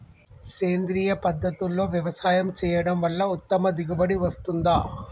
సేంద్రీయ పద్ధతుల్లో వ్యవసాయం చేయడం వల్ల ఉత్తమ దిగుబడి వస్తుందా?